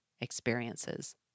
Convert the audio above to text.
experiences